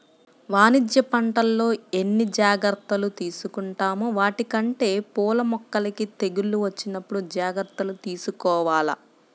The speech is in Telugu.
వాణిజ్య పంటల్లో ఎన్ని జాగర్తలు తీసుకుంటామో వాటికంటే పూల మొక్కలకి తెగుళ్ళు వచ్చినప్పుడు జాగర్తలు తీసుకోవాల